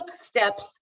steps